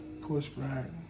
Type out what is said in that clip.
pushback